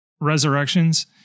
Resurrections